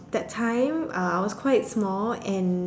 that time uh I was quite small and